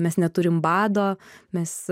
mes neturim vado mes